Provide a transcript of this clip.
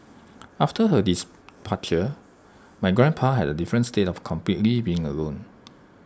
after her my grandpa had A different state of completely being alone